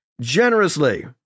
generously